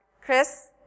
Chris